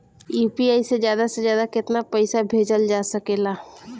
UPI से ज्यादा से ज्यादा केतना पईसा भेजल जा सकेला?